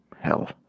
Hell